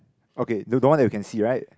okay the door one you can see right